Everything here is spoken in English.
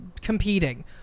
competing